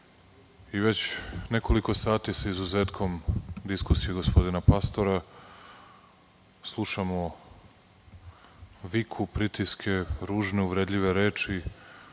I već nekoliko sati, sa izuzetkom diskusije gospodina Pastora, slušamo viku, pritiske, ružne uvredljive reči,